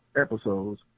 episodes